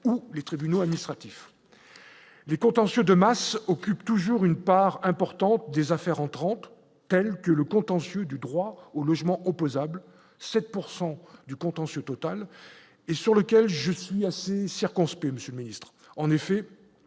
ou les tribunaux administratifs, les contentieux de masse occupent toujours une part importante des affaires entrants tels que le contentieux du droit au logement opposable 7 pourcent du contentieux, Total et sur lequel je suis assez circonspect monsieur Ministre